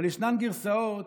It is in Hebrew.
אבל ישנן גרסאות,